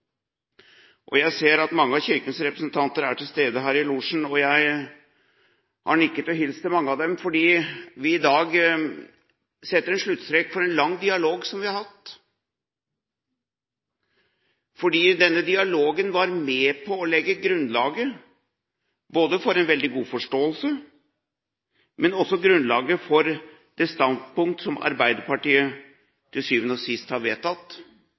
Og jeg ser at mange av Kirkens representanter er til stede her i losjen. Jeg har nikket og hilst til mange av dem fordi vi i dag setter en sluttstrek for en lang dialog som vi har hatt, fordi denne dialogen var med på å legge grunnlaget både for en veldig god forståelse og også grunnlaget for det standpunkt som Arbeiderpartiet til syvende og sist har